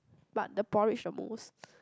but the porridge the most